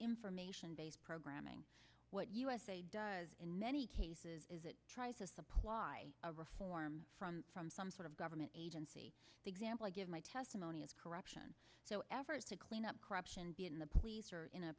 information based programming what usa does in many cases is it tries to supply a reform from some sort of government agency the example i give my testimony is corruption so efforts to clean up corruption be in the police or in a